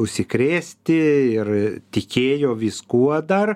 užsikrėsti ir tikėjo viskuo dar